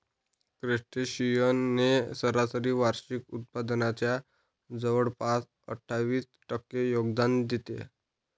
crustaceans ने सरासरी वार्षिक उत्पादनाच्या जवळपास अठ्ठावीस टक्के योगदान देते